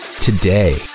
today